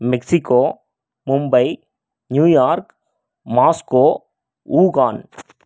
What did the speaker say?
Mexico Mumbai New York Moscow Wuhan